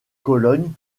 cologne